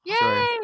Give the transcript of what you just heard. Yay